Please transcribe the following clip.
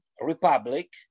republic